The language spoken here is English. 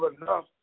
enough